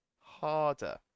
harder